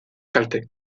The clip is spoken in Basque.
kalte